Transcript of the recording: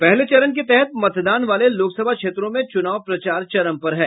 पहले चरण के तहत मतदान वाले लोकसभा क्षेत्रों में चुनाव प्रचार चरम पर है